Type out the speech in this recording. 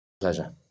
Pleasure